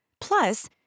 Plus